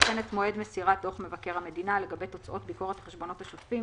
וכן את מועד מסירת דוח מבקר המדינה לגבי תוצאות ביקורת החשבונות השוטפים